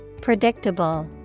Predictable